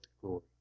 glory